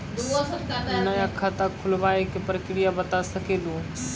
नया खाता खुलवाए के प्रक्रिया बता सके लू?